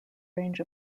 range